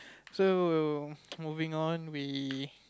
so we'll moving on we